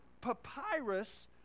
papyrus